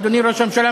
אדוני ראש הממשלה,